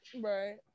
Right